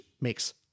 makes